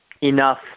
enough